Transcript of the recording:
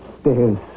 stairs